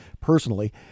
personally